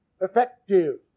effective